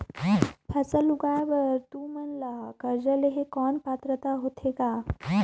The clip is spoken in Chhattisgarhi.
फसल उगाय बर तू मन ला कर्जा लेहे कौन पात्रता होथे ग?